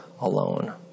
alone